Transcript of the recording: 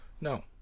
No